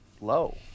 low